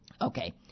Okay